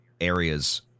areas